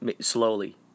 slowly